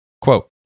Quote